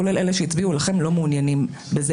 כולל אלא שהצביעו לכם לא מעוניינים בזה.